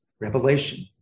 Revelation